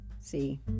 see